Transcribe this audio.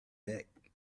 neck